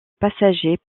passagers